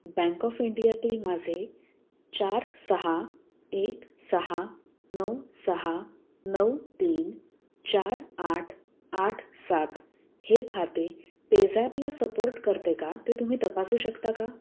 bank of इंडियातील माझे चार सहा एक सहा नऊ सहा नऊ तीन चार आठ आठ सात हे खाते पेझॅपला सपोर्ट करते का ते तुम्ही तपासू शकता का